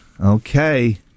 okay